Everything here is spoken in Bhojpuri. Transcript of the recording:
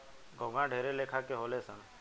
घोंघा ढेरे लेखा के होले सन